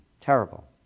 terrible